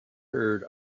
heard